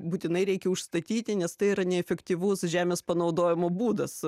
būtinai reikia užstatyti nes tai yra neefektyvus žemės panaudojimo būdas